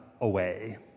away